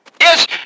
yes